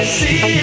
see